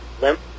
limp